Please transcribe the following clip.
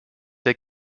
der